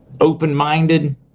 open-minded